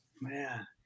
Man